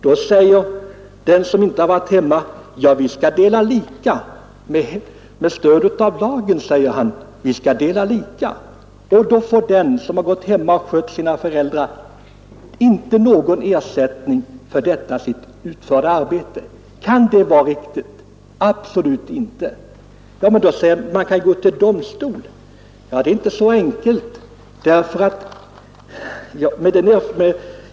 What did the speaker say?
Då säger den som inte har varit Nr 36 hemma, med stöd av lagen: Vi skall dela lika. Då får den som har gått Onsdagen den hemma och skött sina föräldrar inte någon ersättning för detta sitt 8 mars 1972 utförda arbete. Kan det vara riktigt? Absolut inte. Man säger kanske att man kan gå till domstol. Det är inte så enkelt.